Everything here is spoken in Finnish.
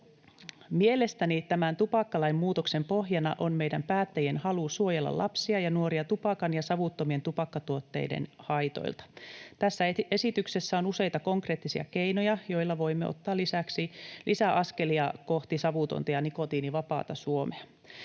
Mielestäni tämän tupakkalain muutoksen pohjana on meidän päättäjien halu suojella lapsia ja nuoria tupakan ja savuttomien tupakkatuotteiden haitoilta. Tässä esityksessä on useita konkreettisia keinoja, joilla voimme ottaa lisäaskelia kohti savutonta ja nikotiinivapaata Suomea.